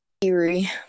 eerie